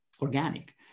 organic